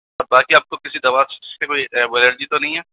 तो बाकी आपको किसी दवा से कोई वह एलर्जी तो नहीं है